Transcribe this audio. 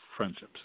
Friendships